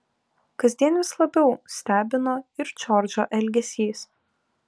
kasdien vis labiau stebino ir džordžo elgesys